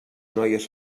noies